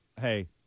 Hey